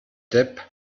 depp